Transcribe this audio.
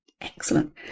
excellent